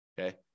Okay